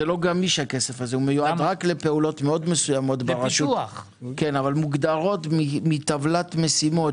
שזה בעיקר עבור פרויקטי פיתוח בצפון בהתאם להחלטת ממשלה משנת 2017,